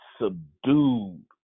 subdued